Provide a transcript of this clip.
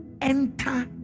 enter